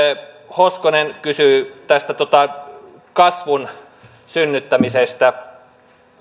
hoskonen kysyi tästä kasvun synnyttämisestä